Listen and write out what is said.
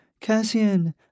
Cassian